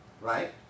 right